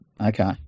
Okay